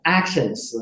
actions